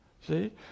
See